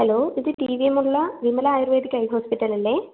hello ഇത് T V M ഉള്ള Vimala ayurvedic eye ഹോസ്പിറ്റലല്ലേ